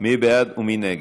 מי בעד ומי נגד?